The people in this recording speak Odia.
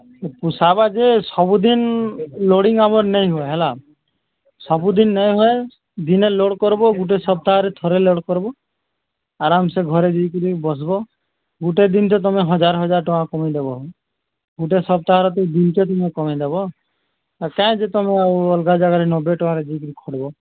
ପୁଷାବା ଯେ ସବୁଦିନ୍ ଲୋଡିଙ୍ଗ୍ ଆମର୍ ନାଇଁ ହୁଏ ହେଲା ସବୁଦିନ୍ ନାଇଁ ହୁଏ ଦିନେ ଲୋଡ଼୍ କର୍ବ ଗୁଟେ ସପ୍ତାହରେ ଥରେ ଲୋଡ଼୍ କର୍ବ ଆରାମ୍ସେ ଘରେ ଯାଇକରି ବସ୍ବ ଗୁଟେ ଦିନ୍ କେ ତମେ ହଜାର୍ ହଜାର୍ ଟଙ୍କା କମେଇଦେବ ଗୁଟେ ସପ୍ତାହର ତ ଦିନ୍ଟେରେ ତମେ କମେଇ ଦେବ ଆର୍ କାଇଁ ଯେ ତମେ ଆଉ ଅଲ୍ଗା ଜାଗାରେ ନବେ ଟଙ୍କାରେ ଯାଇକରି ଖଟ୍ବ